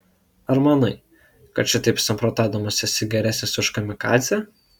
ar manai kad šitaip samprotaudamas esi geresnis už kamikadzę